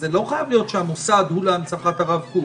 זה לא חייב להיות שהמוסד הוא להנצחת הרב קוק.